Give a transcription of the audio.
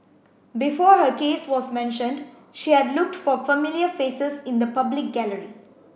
before her case was mentioned she had looked for familiar faces in the public gallery